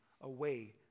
away